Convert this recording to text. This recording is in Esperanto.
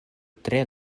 tre